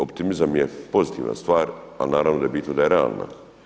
Optimizam je pozitivna stvar, ali naravno da je bitno da je realna.